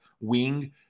wing